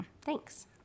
Thanks